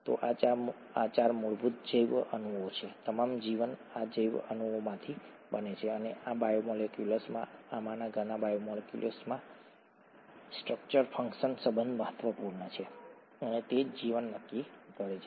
તો આ 4 મૂળભૂત જૈવ અણુઓ છે તમામ જીવન આ જૈવ અણુઓમાંથી બને છે અને આ બાયોમોલેક્યુલ્સમાં આમાંના ઘણા બાયોમોલેક્યુલ્સમાં સ્ટ્રક્ચર ફંક્શન સંબંધ મહત્વપૂર્ણ છે અને તે જ જીવન નક્કી કરે છે